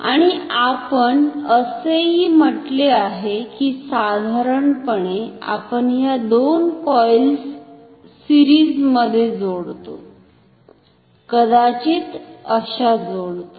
आणि आपण असेही म्हटले आहे कि साधारणपणे आपण ह्या दोन कॉइल्स सिरीज मध्ये जोडतो कदाचित अश्या जोडतो